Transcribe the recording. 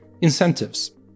incentives